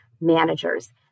managers